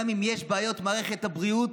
גם אם יש בעיות במערכת הבריאות,